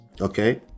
okay